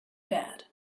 bad